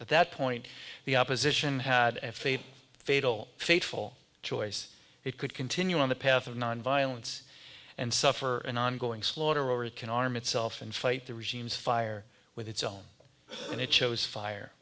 at that point the opposition had a fait fatal fateful choice it could continue on the path of nonviolence and suffer an ongoing slaughter or it can arm itself and fight the regimes fire with its own and it shows fire